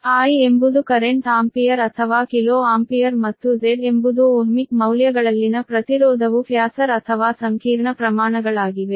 I ಎಂಬುದು current ampere ಅಥವಾ kilo ampere ಮತ್ತು Z ಎಂಬುದು ಓಹ್ಮಿಕ್ ಮೌಲ್ಯಗಳಲ್ಲಿನ ಪ್ರತಿರೋಧವು ಫ್ಯಾಸರ್ ಅಥವಾ ಸಂಕೀರ್ಣ ಪ್ರಮಾಣಗಳಾಗಿವೆ